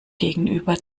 gegenüber